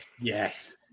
Yes